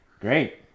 Great